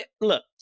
Look